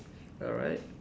alright